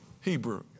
Hebrew